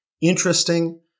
interesting